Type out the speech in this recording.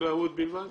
בחקלאות בלבד